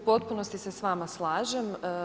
U potpunosti se s vama slažem.